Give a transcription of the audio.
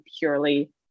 purely